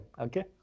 Okay